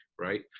right